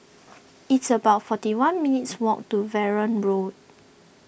it's about forty one minutes' walk to Verdun Road